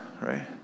right